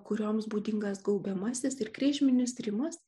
kurioms būdingas gaubiamasis ir kryžminis rimas